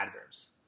adverbs